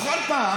בכל פעם